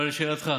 עכשיו לשאלתך,